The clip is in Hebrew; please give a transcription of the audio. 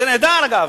זה נהדר, אגב.